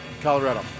Colorado